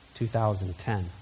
2010